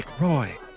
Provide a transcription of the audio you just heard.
Roy